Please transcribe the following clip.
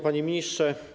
Panie Ministrze!